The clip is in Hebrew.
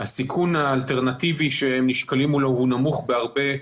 הסיכון האלטרנטיבי שהם נשקלים מולו הוא נמוך בהרבה.